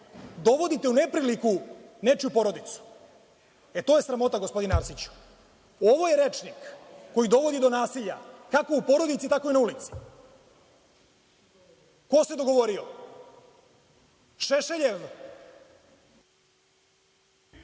dovodite u nepriliku nečiju porodicu, e to je sramota, gospodine Arsiću. Ovo je rečnik koji dovodi do nasilja kako u porodici, tako i na ulici. Ko se dogovorio? Šešeljev